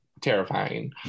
terrifying